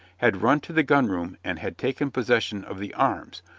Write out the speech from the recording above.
had run to the gun room and had taken possession of the arms,